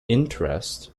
interest